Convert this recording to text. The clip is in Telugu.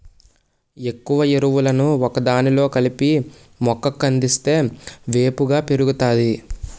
ఎక్కువ ఎరువులను ఒకదానిలో కలిపి మొక్క కందిస్తే వేపుగా పెరుగుతాది